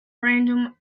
random